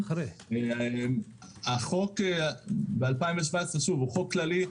החוק מ-2017 הוא כללי.